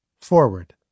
Forward